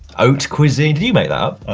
oat cuisine? did you make that up?